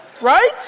Right